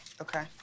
Okay